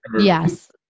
Yes